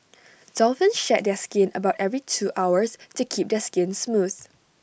dolphins shed their skin about every two hours to keep their skin smooth